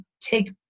take